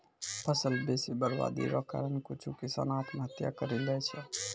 फसल बेसी बरवादी रो कारण कुछु किसान आत्महत्या करि लैय छै